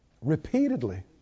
repeatedly